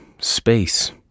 space